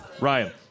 Ryan